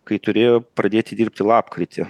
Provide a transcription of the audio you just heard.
kai turėjo pradėti dirbti lapkritį